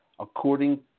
According